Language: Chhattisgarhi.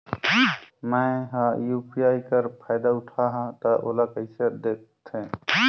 मैं ह यू.पी.आई कर फायदा उठाहा ता ओला कइसे दखथे?